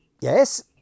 yes